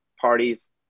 parties